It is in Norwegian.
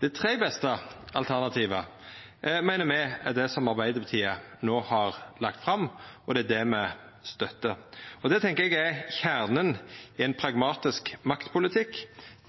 Det tredje beste alternativet meiner me er det som Arbeidarpartiet no har lagt fram, og det er det me støttar. Det tenkjer eg er kjernen i ein pragmatisk maktpolitikk,